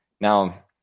Now